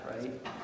right